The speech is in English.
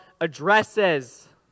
addresses